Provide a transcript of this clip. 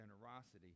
generosity